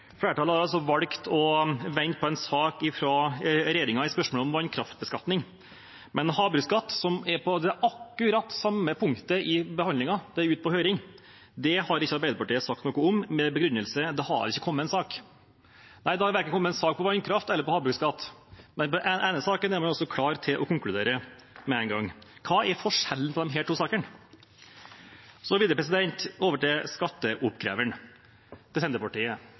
Flertallet har altså valgt å vente på en sak fra regjeringen i spørsmålet om vannkraftbeskatning, men havbruksskatt, som er på akkurat det samme punktet i behandlingen, ute på høring, det har ikke Arbeiderpartiet sagt noe om, med den begrunnelsen at det ikke har kommet en sak. Nei, det har verken kommet en sak på vannkraft eller på havbruksskatt, men på den ene saken er man altså klar til å konkludere med en gang. Hva er forskjellen på disse to sakene? Så videre over til skatteoppkreveren – til Senterpartiet: